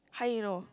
how you know